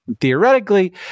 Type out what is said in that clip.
Theoretically